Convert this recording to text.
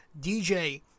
DJ